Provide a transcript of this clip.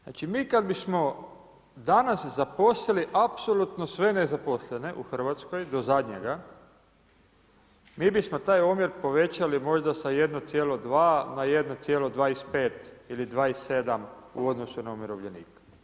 Znači, mi kad bismo danas zaposlili apsolutno sve nezaposlene u RH do zadnjega, mi bismo taj omjer povećali možda sa 1,2 na 1,25 ili 27 u odnosu na umirovljenika.